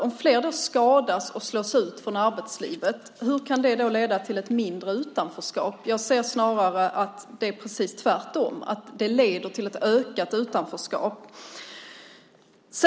Om fler skadas och slås ut från arbetslivet, hur kan det leda till mindre utanförskap? Jag ser snarare att det är precis tvärtom, att det leder till ett ökat utanförskap.